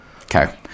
Okay